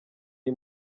y’i